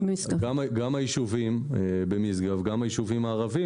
גם היישובים במשגב וגם היישובים הערביים,